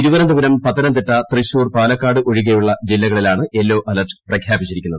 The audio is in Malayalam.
തിരുവനന്തപുരം പത്തനംതിട്ട തൃശ്ശൂർ പാലക്കാട് ഒഴികെയുള്ള ജില്ലകളിലാണ് യെല്ലൊ അലർട്ട് പ്രഖ്യാപിച്ചിരിക്കുന്നത്